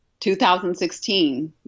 2016